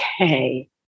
Okay